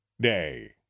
Day